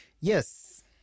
Yes